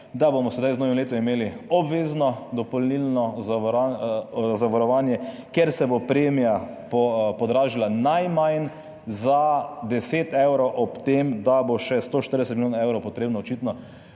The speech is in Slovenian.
da bomo sedaj z novim letom imeli obvezno dopolnilno zavarovanje, kjer se bo premija podražila najmanj za 10 evrov ob tem, da bo še 140 milijonov evrov potrebno očitno